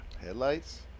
Headlights